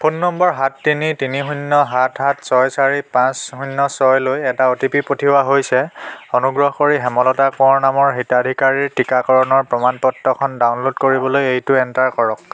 phone নম্বৰ সাত তিনি তিনি শূণ্য সাত সাত ছয় চাৰি পাঁচ শূণ্য ছয় লৈ এটা অ'টিপি পঠিওৱা হৈছে অনুগ্ৰহ কৰি হেমলতা কোঁৱৰ নামৰ হিতাধিকাৰীৰ টিকাকৰণৰ প্ৰমাণ পত্ৰখন ডাউনলোড কৰিবলৈ এইটো এণ্টাৰ কৰক